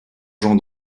jean